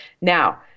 Now